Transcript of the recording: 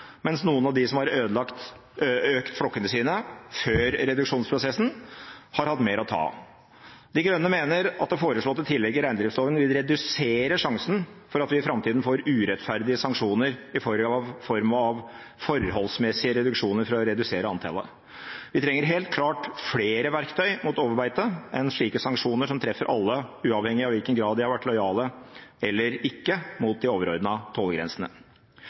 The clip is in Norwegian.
mens noen av dem som har økt flokkene sine før reduksjonsprosessen, har hatt mer å ta av. De Grønne mener at det foreslåtte tillegget i reindriftsloven vil redusere sjansen for at vi i framtida får urettferdige sanksjoner i form av forholdsmessige reduksjoner for å redusere antallet. Vi trenger helt klart flere verktøy mot overbeite enn slike sanksjoner, som treffer alle uavhengig av i hvilken grad de har vært lojale eller ikke mot de